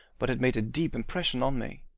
but it made a deep impression on me.